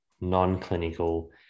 non-clinical